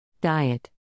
Diet